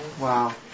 Wow